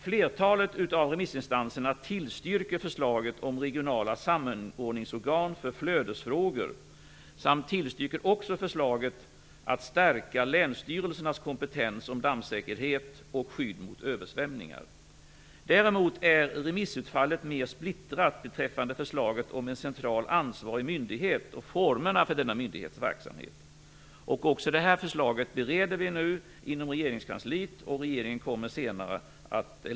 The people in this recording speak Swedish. Flertalet av remissinstanserna tillstyrker förslaget om regionala samordningsorgan för flödesfrågor samt också förslaget om att stärka länsstyrelsernas kompetens när det gäller dammsäkerhet och skydd mot översvämningar. Däremot är remissutfallet mer splittrat beträffande förslaget om en central ansvarig myndighet och formerna för denna myndighets verksamhet. Också detta förslag bereds nu inom regeringskansliet.